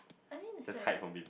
I mean is like